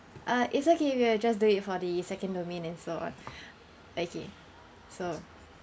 uh it's okay we'll just do it for the second domain and so on okay so